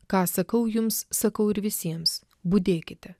ką sakau jums sakau ir visiems budėkite